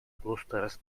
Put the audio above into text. clústers